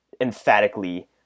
emphatically